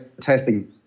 testing